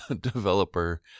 developer